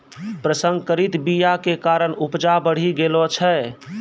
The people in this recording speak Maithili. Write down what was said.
प्रसंकरित बीया के कारण उपजा बढ़ि गेलो छै